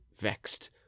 vexed